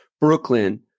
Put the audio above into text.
Brooklyn